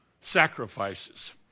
Sacrifices